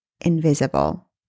invisible